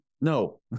No